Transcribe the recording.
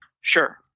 Sure